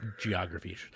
Geography